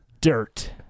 Dirt